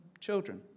children